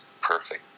perfect